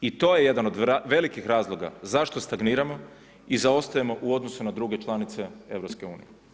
I to je jedan od velikih razloga zašto stagniramo i zaostajemo u odnosu na druge članice EU.